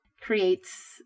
creates